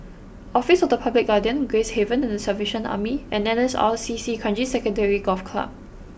Office of the Public Guardian Gracehaven the Salvation Army and N S R C C Kranji Sanctuary Golf Club